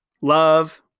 love